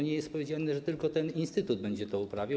Nie jest powiedziane, że tylko ten instytut będzie to uprawiał.